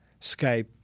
Skype